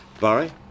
Barry